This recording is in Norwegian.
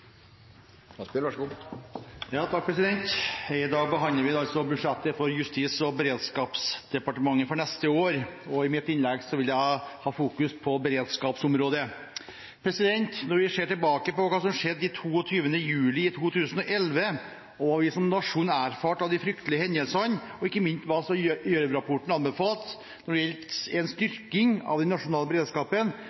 år, og i mitt innlegg vil jeg fokusere på beredskapsområdet. Når vi ser tilbake på hva som skjedde 22. juli 2011, hva vi som nasjon erfarte av de fryktelige hendelsene, og ikke minst hva Gjørv-rapporten anbefalte når det gjelder en styrking av den nasjonale beredskapen,